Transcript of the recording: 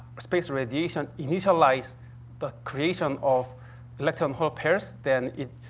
space radiation initializes the creation of electron-hole pairs then it